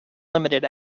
limited